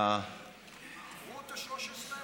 ברוטו 13,000?